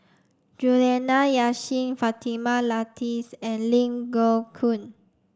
Juliana Yasin Fatimah Lateef and Ling Geok Choon